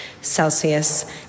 Celsius